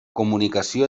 comunicació